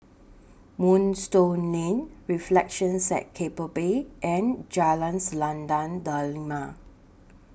Moonstone Lane Reflections At Keppel Bay and Jalan Selendang Delima